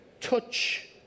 touch